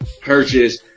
purchase